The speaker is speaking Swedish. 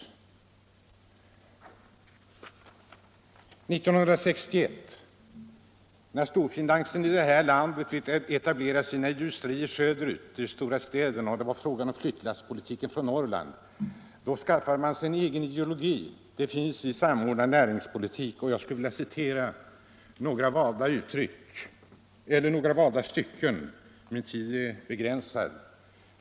1961, när storfinansen i detta land etablerade sina industrier söderut till de stora städerna och det var fråga om ”flyttlasspolitiken” från Norrland skaffade sig SAP en egen ideologi. Den finns utvecklad i en utredning med namnet Samordnad näringspolitik. Jag vill citera några valda stycken —- min tid är begränsad.